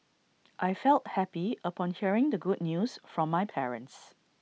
I felt happy upon hearing the good news from my parents